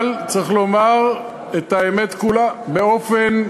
אבל צריך לומר את האמת כולה: באופן,